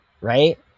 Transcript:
right